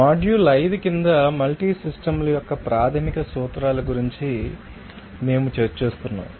module 5 కింద multi system ల యొక్క ప్రాథమిక సూత్రాల గురించి మేము చర్చిస్తున్నాము